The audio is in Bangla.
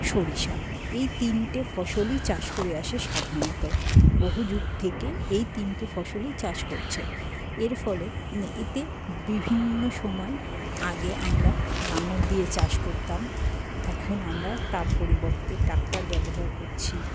সরিষা এই তিনটে ফসলই চাষ করে আসে সাধারণত বহু যুগ থেকে এই তিনটে ফসলই চাষ করছে এর ফলে এতে বিভিন্ন সময় আগে আমরা লাঙ্গল দিয়ে চাষ করতাম এখন আমরা তার পরিবর্তে ট্রাক্টর ব্যবহার করছি